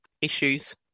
issues